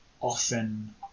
often